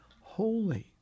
holy